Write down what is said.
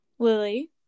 Lily